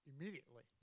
immediately